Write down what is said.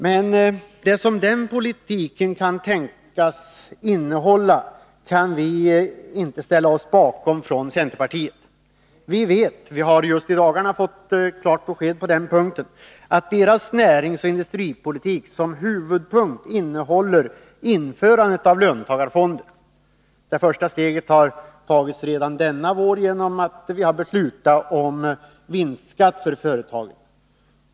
Men det som den politiken kan antas innehålla kan vi inte ställa oss bakom från centerpartiet. Vi vet — vi har just i dagarna fått klart besked på den punkten — att regeringens näringsoch industripolitik som huvudpunkt innehåller införande av löntagarfonder. Det första steget har tagits redan denna vår genom beslutet om vinstskatt för företagen.